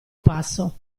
passo